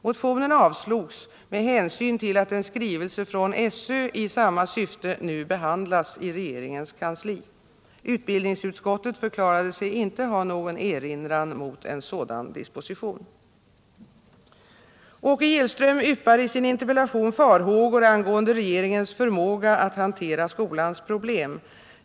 Motionen avslogs med hänsyn till att en skrivelse från SÖ i samma syfte nu behandlas i regeringens kansli. Utbildningsutskottet förklarade sig inte ha någon erinran mot en sådan disposition. Åke Gillström yppar i sin interpellation farhågor angående regeringens förmåga att hantera skolans problem.